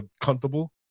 comfortable